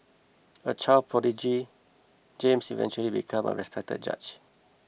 a child prodigy James eventually became a respected judge